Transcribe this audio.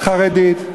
חרדית.